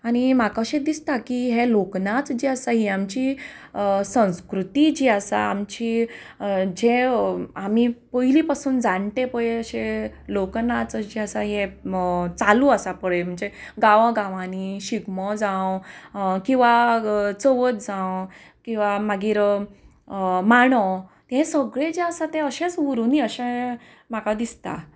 म्हाका अशें दिसता की हे लोकनाच जे आसा ही आमची संस्कृती जी आसा आमची जे आमी पयलीं पासून जाण्टे पय अशे लोकनाच जे आसा हे चालू आसा पळय म्हणजे गांवां गांवांनी शिगमो जावं किंवां चवथ जावं किंवां मागीर मांडो हे सगळे जे आसा ते अशेंच उरुनी अशें म्हाका दिसता